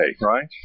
right